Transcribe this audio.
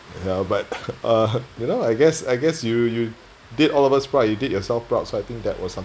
ya but uh you know I guess I guess you you did all of us proud you did yourself proud so I think that was something